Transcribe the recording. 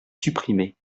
supprimée